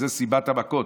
זאת סיבת המכות.